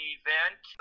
event